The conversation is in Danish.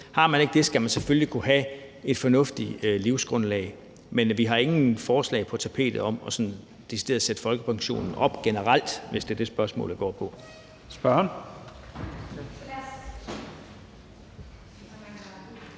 Har man ikke det, skal man selvfølgelig kunne have et fornuftigt livsgrundlag. Men vi har ingen forslag på tapetet om sådan decideret at sætte folkepensionen op generelt, hvis det er det, spørgsmålet går på.